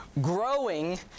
growing